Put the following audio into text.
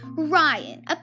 Ryan